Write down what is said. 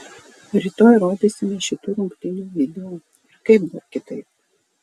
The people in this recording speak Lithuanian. rytoj rodysime šitų rungtynių video ir kaip dar kitaip